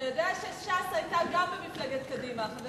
אתה יודע שש"ס היתה גם בממשלת קדימה.